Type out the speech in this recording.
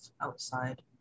outside